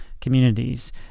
communities